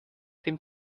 dem